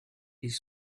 ils